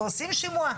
ועושים שימוע,